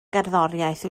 gerddoriaeth